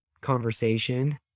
conversation